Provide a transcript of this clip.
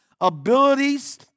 abilities